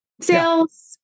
sales